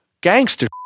Gangster